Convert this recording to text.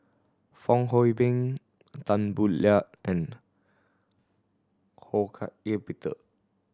Fong Hoe Beng Tan Boo Liat and Ho Hak Ean Peter